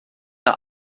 der